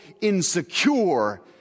insecure